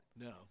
No